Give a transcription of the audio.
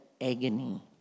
agony